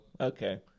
Okay